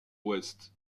west